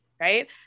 right